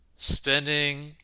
Spending